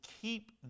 keep